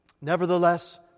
Nevertheless